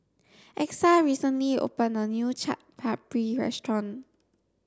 Exa recently opened a new Chaat Papri restaurant